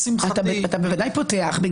אתה ודאי פותח.